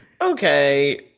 Okay